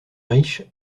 riche